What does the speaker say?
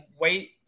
wait